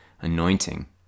anointing